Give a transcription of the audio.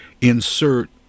insert